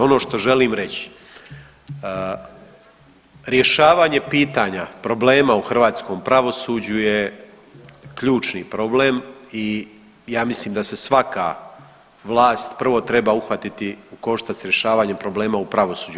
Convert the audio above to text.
Ono što želim reći, rješavanje pitanja problema u hrvatskom pravosuđu je ključni problem i ja mislim da se svaka vlast prvo treba uhvatiti u koštac sa rješavanjem problema u pravosuđu.